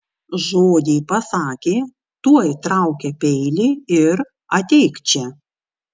žodį pasakė tuoj traukia peilį ir ateik čia